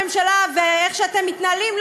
שאני מאשימה את הממשלה באיך שאתם מתנהלים,